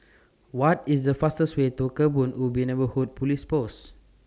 What IS The fastest Way to Kebun Ubi Neighbourhood Police Post